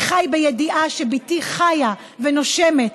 אני חי בידיעה שבתי חיה ונושמת,